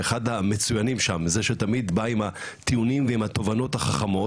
אחד המצוינים שם זה שתמיד בא עם הטיעונים ועם התובנות החכמות,